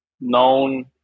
known